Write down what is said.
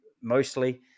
mostly